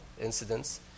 incidents